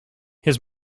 his